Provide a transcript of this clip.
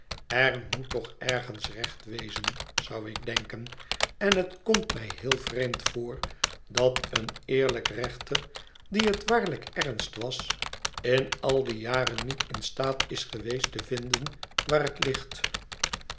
er moet toch ergens recht wezen zou ik denken en het komt mij heel vreemd voor dat een eerlijk rechter dien het waarlijk ernst was in al die jaren niet in staat is geweest te vinden waar het ligt